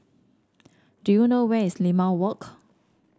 do you know where is Limau Walk